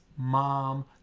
Mom